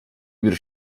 bir